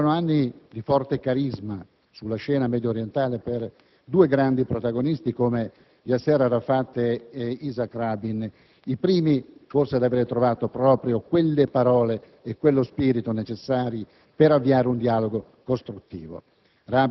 Erano anni di forte carisma sulla scena mediorientale per due grandi protagonisti: Yasser Arafat e Yitzhak Rabin. I primi, forse, ad avere trovato le parole e lo spirito necessari per avviare un dialogo costruttivo.